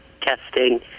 testing